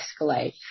escalate